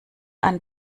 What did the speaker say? ein